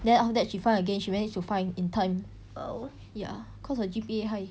then after that she find again she managed to find in time ya cause her G_P_A high